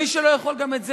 מי שלא יכול גם את זה,